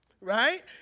right